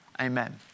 amen